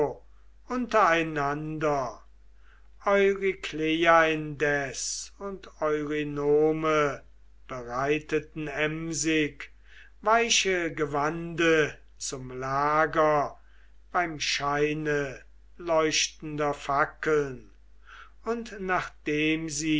indes und eurynome breiteten emsig weiche gewande zum lager beim scheine leuchtender fackeln und nachdem sie